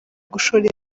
gushora